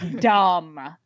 dumb